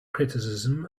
criticism